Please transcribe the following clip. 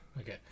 Okay